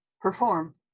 perform